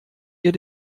ihr